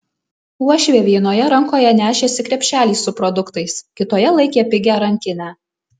uošvė vienoje rankoje nešėsi krepšelį su produktais kitoje laikė pigią rankinę